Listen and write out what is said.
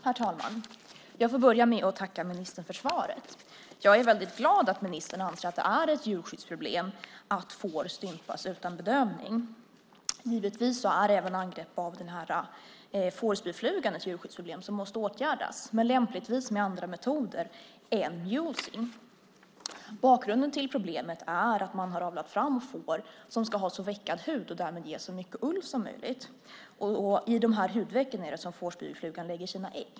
Herr talman! Låt mig börja med att tacka ministern för svaret. Jag är väldigt glad att ministern anser att det är ett djurskyddsproblem att får stympas utan bedövning. Givetvis är även angrepp av fårspyflugan ett djurskyddsproblem som måste åtgärdas, men lämpligtvis med andra metoder än mulesing . Bakgrunden till problemet är att man har avlat fram får som ska ha så veckad hud som möjligt och därmed ge så mycket ull som möjligt. Det är i de här hudvecken som fårspyflugan lägger sina ägg.